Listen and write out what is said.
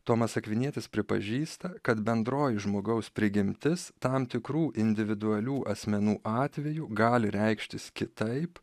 tomas akvinietis pripažįsta kad bendroji žmogaus prigimtis tam tikrų individualių asmenų atveju gali reikštis kitaip